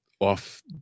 off